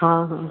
हाँ हाँ